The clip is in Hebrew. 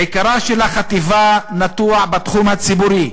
עיקרה של החטיבה נטוע בתחום הציבורי.